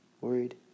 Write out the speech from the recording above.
Worried